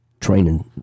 training